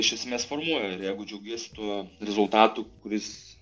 iš esmės formuoja ir jeigu džiaugiesi tuo rezultatu kuris